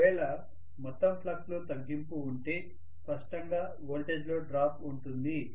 ఒకవేళ మొత్తం ఫ్లక్స్ లో తగ్గింపు ఉంటే స్పష్టంగా వోల్టేజ్లో డ్రాప్ ఉంటుంది